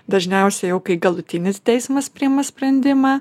dažniausiai jau kai galutinis teismas priėma sprendimą